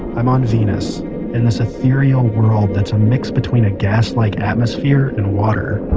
i'm on venus in this ethereal world that's a mix between a gas-like atmosphere and water.